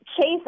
chase